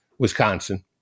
Wisconsin